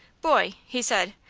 boy, he said,